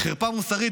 וחרפה מוסרית,